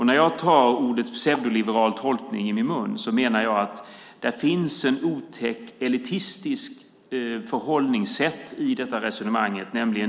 När jag tar ordet pseudoliberal tolkning i min mun menar jag att det finns ett otäckt elitistiskt förhållningssätt i detta resonemang.